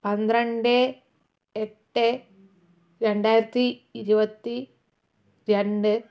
പന്ത്രണ്ട് എട്ട് രണ്ടായിരത്തി ഇരുപത്തി രണ്ട്